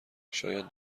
شاید